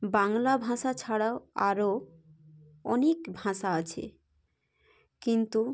বাংলা ভাষা ছাড়াও আরো অনেক ভাষা আছে কিন্তু